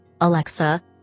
Alexa